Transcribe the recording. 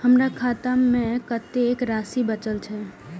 हमर खाता में कतेक राशि बचल छे?